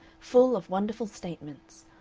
full of wonderful statements,